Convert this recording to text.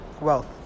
wealth